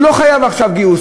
הוא לא חייב עכשיו גיוס.